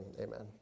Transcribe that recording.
amen